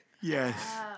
Yes